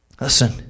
Listen